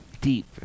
deep